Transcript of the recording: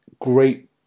Great